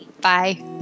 bye